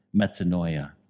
metanoia